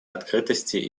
открытости